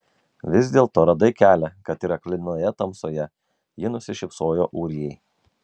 vis dėlto radai kelią kad ir aklinoje tamsoje ji nusišypsojo ūrijai